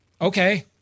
Okay